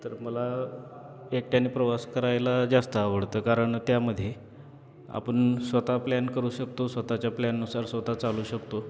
तर मला एकट्याने प्रवास करायला जास्त आवडतं कारण त्यामध्ये आपण स्वतः प्लॅन करू शकतो स्वतःच्या प्लॅननुसार स्वतः चालू शकतो